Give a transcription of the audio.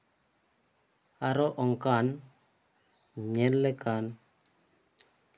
ᱟᱨᱚ ᱚᱱᱠᱟᱱ ᱧᱮᱞ ᱞᱮᱠᱟᱱ